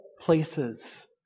places